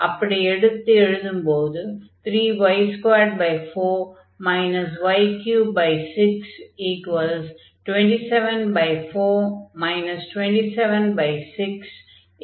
அப்படி எடுத்து எழுதும்போது 3y24 y36 274 276 94 என்று ஆகும்